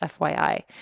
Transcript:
FYI